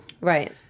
Right